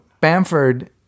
Bamford